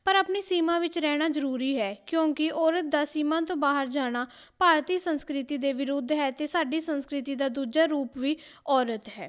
ਪਰ ਆਪਣੀ ਸੀਮਾ ਵਿੱਚ ਰਹਿਣਾ ਜਰੂਰੀ ਹੈ ਕਿਉਂਕਿ ਔਰਤ ਦਾ ਸੀਮਾ ਤੋਂ ਬਾਹਰ ਜਾਣਾ ਭਾਰਤੀ ਸੰਸਕ੍ਰਿਤੀ ਦੇ ਵਿਰੁੱਧ ਹੈ ਅਤੇ ਸਾਡੀ ਸੰਸਕ੍ਰਿਤੀ ਦਾ ਦੂਜਾ ਰੂਪ ਵੀ ਔਰਤ ਹੈ